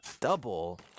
double